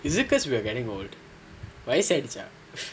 is it because we are getting old வயசாகிடுச்சா:vayasaagiduchaa